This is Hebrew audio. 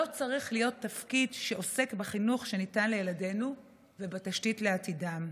לא צריך להיות תפקיד שעוסק בחינוך שניתן לילדינו ובתשתית לעתידם.